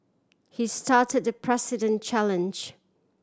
he started the President challenge